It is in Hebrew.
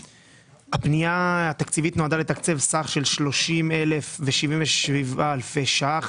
הפנייה התקציבית נועדה לתקצב סך של 30 אלף ו-77 אלפי שקלים